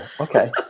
okay